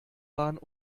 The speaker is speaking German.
waren